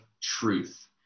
truth